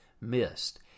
missed